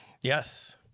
Yes